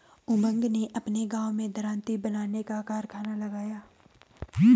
उमंग ने अपने गांव में दरांती बनाने का कारखाना लगाया